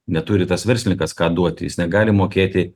neturi tas verslininkas ką duoti jis negali mokėti